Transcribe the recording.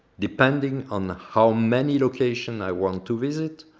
depending on how many location i want to visit,